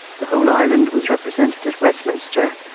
the whole island was represented at westminster.